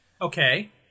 Okay